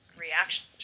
reaction